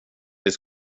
det